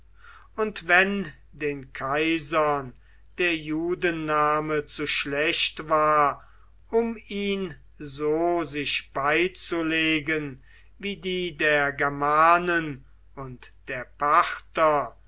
und wenn den kaisern der judenname zu schlecht war um ihn so sich beizulegen wie die der germanen und der parther